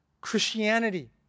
Christianity